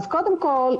קודם כול,